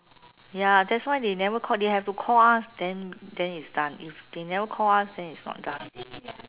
ya that's why they never call they have to call us then then is done if they never call us then is not done